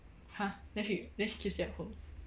!huh! then she then she keeps it at home